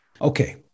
Okay